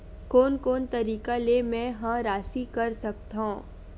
कोन कोन तरीका ले मै ह राशि कर सकथव?